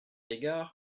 égard